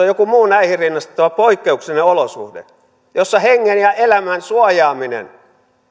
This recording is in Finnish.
joku muu näihin rinnastettava poikkeuksellinen olosuhde ja jossa hengen ja elämän suojaaminen